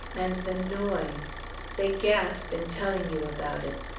and the noise they gasp in telling you about it.